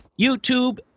youtube